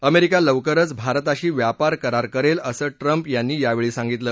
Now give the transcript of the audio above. America लवकरच भारताशी व्यापार करार करेल असं ट्रंप यांनी यावेळी सांगितलं